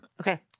okay